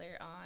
on